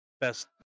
best